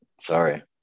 sorry